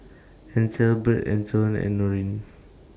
Ethelbert Antone and Norene